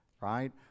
right